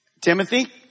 Timothy